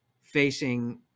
facing